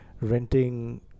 Renting